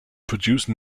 produce